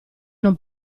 non